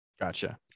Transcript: Gotcha